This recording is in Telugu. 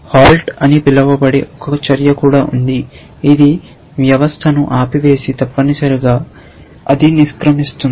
హాల్ట్ అని పిలువబడే ఒక చర్య కూడా ఉంది ఇది వ్యవస్థను ఆపివేసి తప్పనిసరిగా అది నిష్క్రమిస్తుంది